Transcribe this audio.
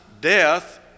death